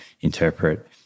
interpret